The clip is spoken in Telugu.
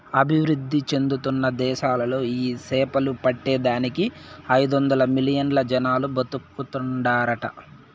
అభివృద్ధి చెందుతున్న దేశాలలో ఈ సేపలు పట్టే దానికి ఐదొందలు మిలియన్లు జనాలు బతుకుతాండారట